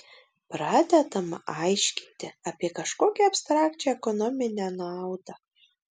pradedama aiškinti apie kažkokią abstrakčią ekonominę naudą